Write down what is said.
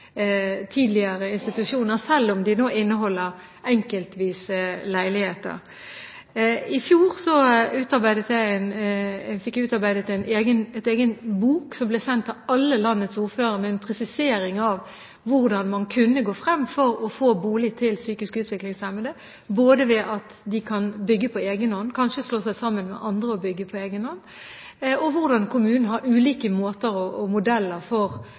tidligere institusjoner, selv om de nå inneholder enkeltvise leiligheter. I fjor fikk jeg utarbeidet en egen bok, som ble sendt til alle landets ordførere, med en presisering av hvordan man kunne gå fram for å få bolig til psykisk utviklingshemmede, både ved at de kan bygge på egen hånd, kanskje slå seg sammen med andre og bygge på egen hånd, og hvordan kommunen har ulike måter og modeller for å etablere tilstrekkelige og gode boliger som er målrettede for